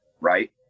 right